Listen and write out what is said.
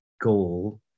goal